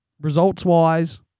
Results-wise